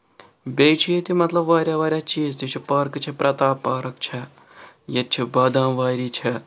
بیٚیہِ چھِ ییٚتہِ مطلب واریاہ واریاہ چیٖز تہِ چھِ پارکہٕ چھِ پرٛتاپ پارک چھےٚ ییٚتہِ چھِ بادام واری چھےٚ